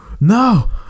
no